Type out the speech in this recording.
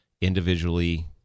individually